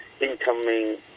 incoming